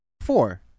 Four